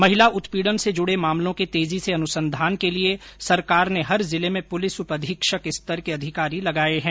महिला उत्पीड़न से जुड़े मामलों के तेजी से अनुसंधान के लिए सरकार ने हर जिले में पुलिस उप अधीक्षक स्तर के अधिकारी लगाए हैं